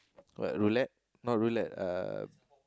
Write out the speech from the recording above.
what roulette not roulette uh